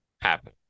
happen